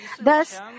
Thus